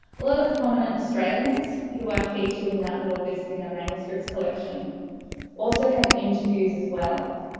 a lot of the prominent australians who are featured in that little list in their manuscripts collection also have interviews as well.